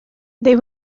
they